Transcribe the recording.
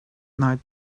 night